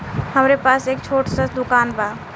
हमरे पास एक छोट स दुकान बा